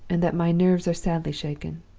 and that my nerves are sadly shaken.